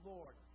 Lord